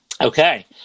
Okay